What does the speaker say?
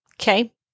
Okay